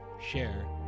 share